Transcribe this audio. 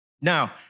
Now